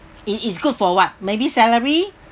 it is good for what maybe salary